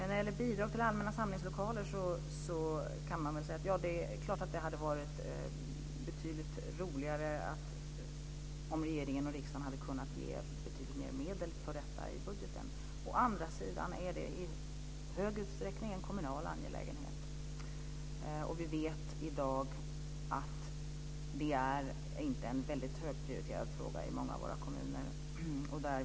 När det gäller bidrag till allmänna samlingslokaler är det klart att det hade varit betydligt roligare om regeringen och riksdagen hade kunnat ge betydligt mer medel för detta i budgeten. Å andra sidan är detta i stor utsträckning en kommunal angelägenhet, och vi vet i dag att det i många av våra kommuner inte är en högprioriterad fråga.